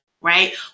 right